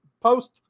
Post